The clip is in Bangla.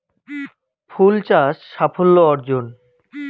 ফুল চাষ সাফল্য অর্জন?